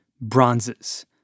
bronzes